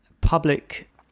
public